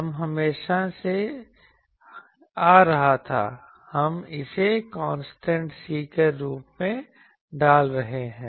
यह हमेशा से आ रहा था हम इसे कांस्टेंट C के रूप में डाल रहे हैं